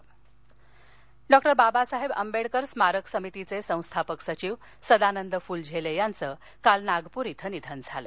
फुलझेले मत्य डॉक्टर बाबासाहेब आंबेडकर स्मारक समितीचे संस्थापक सचिव सदानंद फुलझेले यांचं काल नागपूर क्वे निधन झालं